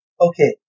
Okay